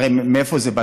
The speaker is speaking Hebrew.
הרי מאיפה זה בא?